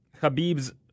Habib's